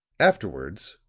afterwards,